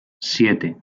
siete